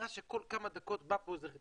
נראה שכל כמה דקות מה משהו אחר.